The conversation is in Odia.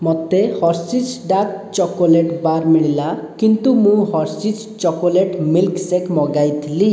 ମୋତେ ହର୍ଷିଜ୍ ଡାର୍କ୍ ଚକୋଲେଟ୍ ବାର୍ ମିଳିଲା କିନ୍ତୁ ମୁଁ ହର୍ଷିଜ୍ ଚକୋଲେଟ୍ ମିଲ୍କ୍ଶେକ୍ ମଗାଇଥିଲି